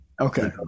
Okay